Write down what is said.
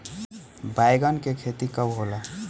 बैंगन के खेती कब होला?